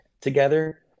together